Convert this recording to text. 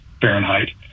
Fahrenheit